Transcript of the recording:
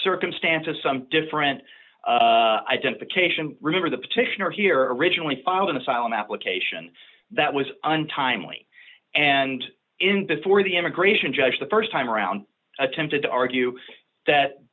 circumstances some different identification remember the petitioner here originally filed an asylum application that was untimely and in before the immigration judge the st time around attempted to argue that